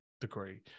degree